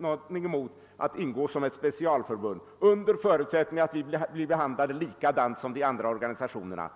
någonting emot att ingå som ett specialförbund under förutsättning att vi blir behandlade på samma sätt som de andra organisationerna.